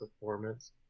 performance